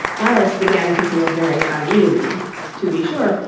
alice began to feel very uneasy to be sure,